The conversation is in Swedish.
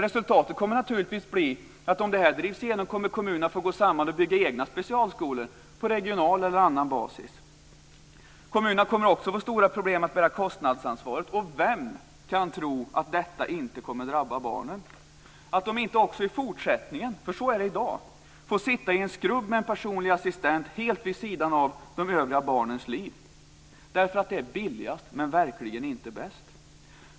Resultatet kommer naturligtvis att bli att om detta drivs igenom kommer kommunerna att få gå samman och bygga egna specialskolor på regional eller annan basis. Kommunerna kommer också att få stora problem att bära kostnadsansvaret. Och vem kan tro att detta inte kommer att drabba barnen så att de inte också i fortsättningen - för så är det i dag - får sitta i en skrubb med en personlig assistent helt vid sidan av de övriga barnens liv, därför att det är billigast men det är verkligen inte bäst.